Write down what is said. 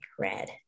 red